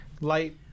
light